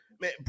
Man